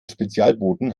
spezialboden